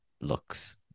looks